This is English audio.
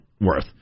worth